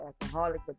alcoholic